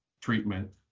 treatment